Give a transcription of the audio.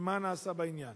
4. מה נעשה בעניין?